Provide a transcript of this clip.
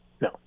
no